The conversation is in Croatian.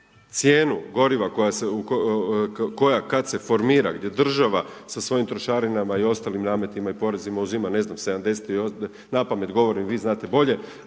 cijenu goriva koja kad se formira gdje država sa svojim trošarinama i ostalim nametima i porezima uzima ne znam, 70, napamet govorim, vi znate bolje,